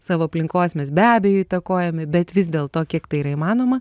savo aplinkos mes be abejo įtakojami bet vis dėlto kiek tai yra įmanoma